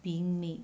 being made